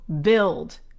build